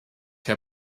herr